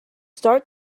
start